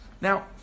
Now